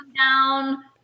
down